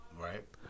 Right